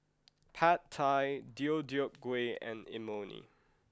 Pad Thai Deodeok Gui and Imoni